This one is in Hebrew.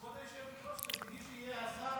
כבוד היושבת-ראש, תדאגי שיהיה שר,